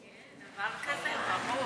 כן, דבר כזה, ברור.